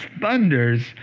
Thunders